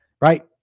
Right